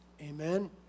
Amen